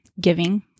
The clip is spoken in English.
giving